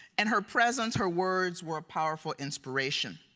and her presence, her words, were a powerful inspiration.